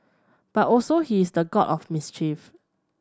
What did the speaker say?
but also he is the god of mischief